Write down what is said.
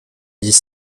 dix